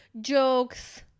Jokes